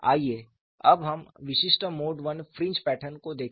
आइए अब हम विशिष्ट मोड I फ्रिंज पैटर्न को देखें